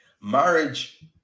Marriage